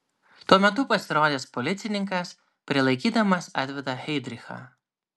tuo metu pasirodęs policininkas prilaikydamas atveda heidrichą